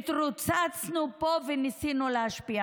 התרוצצנו פה וניסינו להשפיע.